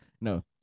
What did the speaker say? No